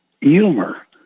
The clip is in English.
humor